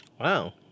Wow